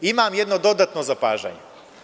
Imam jedno dodatno zapažanje.